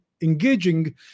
engaging